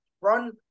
run